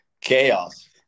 chaos